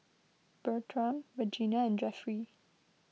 Bertram Regina and Jeffry